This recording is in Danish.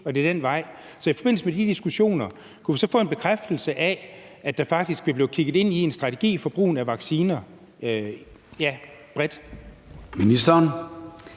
at det er den vej. Så kunne vi i forbindelse med de diskussioner få en bekræftelse af, at der faktisk vil blive kigget ind i en strategi for brugen af vacciner bredt?